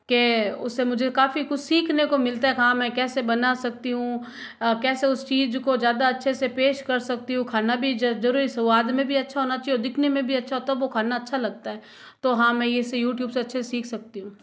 के उससे मुझे काफ़ी कुछ सीखने को मिलता है हाँ मैं कैसे बना सकती हूँ कैसे उस चीज़ को ज़्यादा अच्छे से पेश कर सकती हूँ खाना भी ज़रूरी स्वाद में भी अच्छा होना चाहिए दिखने में भी अच्छा हो तब वो खाना अच्छा लगता है तो हाँ मै इसे यूट्यूब से अच्छे से सीख सकती हूँ